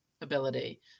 ability